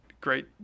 great